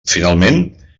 finalment